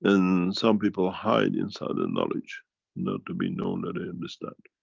and some people hide inside the knowledge not to be known that they understand.